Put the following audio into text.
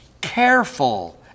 careful